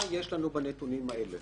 מה יש לנו בנתונים האלה?